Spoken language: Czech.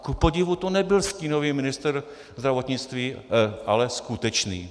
Kupodivu to nebyl stínový ministr zdravotnictví, ale skutečný.